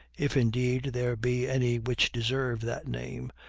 if, indeed, there be any which deserve that name,